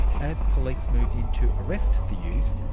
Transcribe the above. as police moved in to arrest the youths,